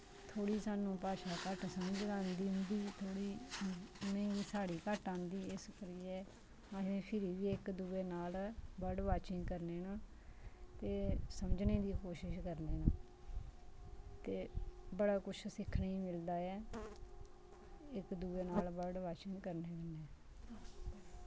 थोह्ड़ी साह्नू भाशा घट्ट समझ आंदी इंदी थोह्ड़ी इनेंगी साढ़ी घट्ट आंदी इस करियै असें फिर वी इक दुए नाल बर्ड़ वाचिंग करने न ते समझने दी कोशिश करने न ते बड़ा कुछ सिक्खने गी मिलदा ऐ इक दुए नाल बर्ड़ वाचिंग करने कन्नै